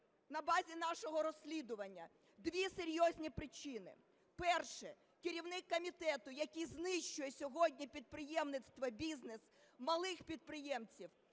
на базі нашого розслідування дві серйозні причини. Перше. Керівник комітету, який знищує сьогодні підприємництво, бізнес, малих підприємців,